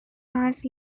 ants